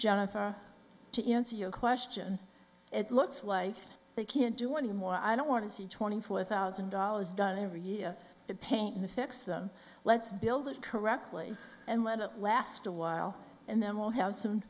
jennifer to answer your question it looks like they can't do any more i don't want to see twenty four thousand dollars done every year to paint the fix them let's build it correctly and let up last a while and then we'll have some